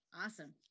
awesome